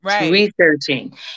researching